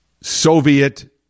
Soviet